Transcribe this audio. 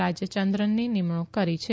રા યચંદ્રનની નિમણુંક કરી છે